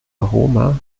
aroma